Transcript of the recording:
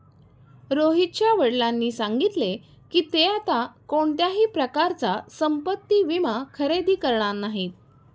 रोहितच्या वडिलांनी सांगितले की, ते आता कोणत्याही प्रकारचा संपत्ति विमा खरेदी करणार नाहीत